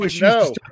No